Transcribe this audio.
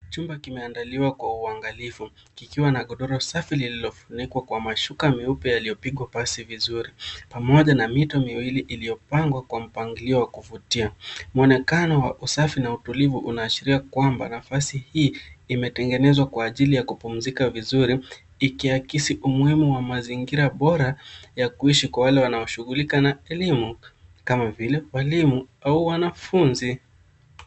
Chumba kimeandaliwa Kwa uangalifu kikiwa na godoro safi lililofunikwa kwa magodoro meupe yaliyopigwa pasi vizuri. Pamoja na mito miwili iliyopangwa kwa mpangilio wa kuvutia. Mwonekano wa usafi na utulivu inaashiria kwamba nafasi hii imetengenezwa kwa ajili ya kupumzika vizuri. Ikiakisi umuhimu wa mazingira bora ya kuishi kwa wale wanashughulika na elimu kama vile walimu au wanafunzi.